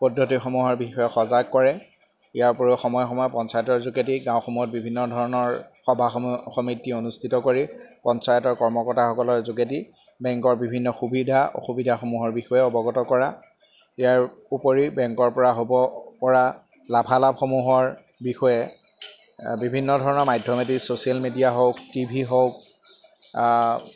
পদ্ধতিসমূহৰ বিষয়ে সজাগ কৰে ইয়াৰ উপৰিও সময় সময় পঞ্চায়তৰ যোগেদি গাঁওসমূহত বিভিন্ন ধৰণৰ সভা স সমিতি অনুষ্ঠিত কৰি পঞ্চায়তৰ কৰ্মকৰ্তাসকলৰ যোগেদি বেংকৰ বিভিন্ন সুবিধা অসুবিধাসমূহৰ বিষয়ে অৱগত কৰা ইয়াৰ উপৰি বেংকৰ পৰা হ'ব পৰা লাভালাভসমূহৰ বিষয়ে বিভিন্ন ধৰণৰ মাধ্যমে দি ছ'চিয়েল মিডিয়া হওক টি ভি হওক